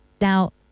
Now